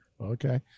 Okay